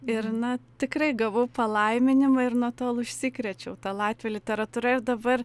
ir na tikrai gavau palaiminimą ir nuo tol užsikrėčiau ta latvių literatūra ir dabar